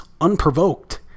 unprovoked